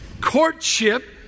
Courtship